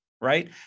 right